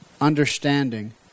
understanding